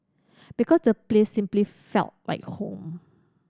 because the place simply felt like home